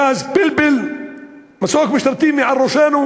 גז פלפל, מסוק משטרתי מעל ראשינו.